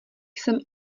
jsem